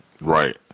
Right